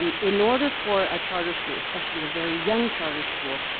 um in order for a charter school, especially a very young charter school,